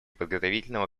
подготовительного